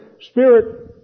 spirit